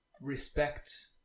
respect